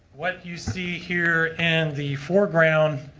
what you see here and the foreground.